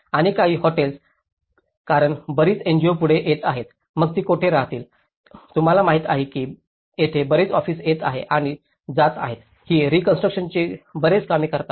आणि काही हॉटेल्स कारण बरीच एनजीओ पुढे येत आहेत मग ती कोठे राहतील तुम्हाला माहिती आहे की येथे बरेच ऑफिसे येत आहेत आणि जात आहेत आणि रीकॉन्स्ट्रुकशनचे बरेच काम करतात